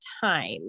time